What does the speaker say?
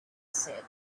said